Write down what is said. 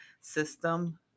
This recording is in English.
system